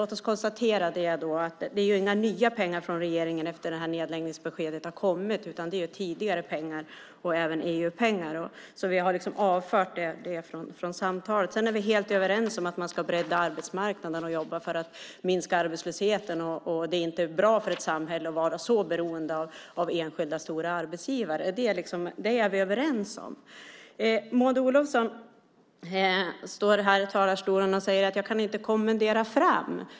Låt oss konstatera att det inte är några nya pengar från regeringen efter att det här nedläggningsbeskedet har kommit. Det är tidigare pengar och även EU-pengar. Då har vi avfört det från samtalet. Sedan är vi helt överens om att vi ska bredda arbetsmarknaden och jobba för att minska arbetslösheten. Vi är överens om att det inte är bra för ett samhälle att vara så beroende av enskilda stora arbetsgivare. Det är vi överens om. Maud Olofsson står här i talarstolen och säger att hon inte kan kommendera fram.